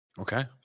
Okay